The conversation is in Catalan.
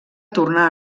tornar